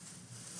אחרי